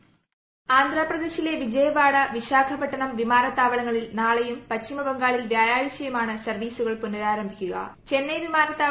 voice ആന്ധ്രാപ്രദേശിലെ വിജയവാഡ വിശാഖപട്ടണം വിമാനത്താവളങ്ങളിൽ നാളെയും പശ്ചിമബംഗാളിൽ വ്യാഴാഴ്ചയുമാണ് സർവീസുകൾ പുനരാരംഭിക്കൂക